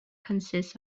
consists